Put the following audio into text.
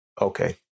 okay